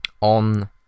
on